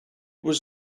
was